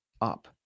up